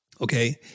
Okay